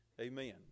Amen